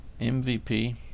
MVP